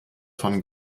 von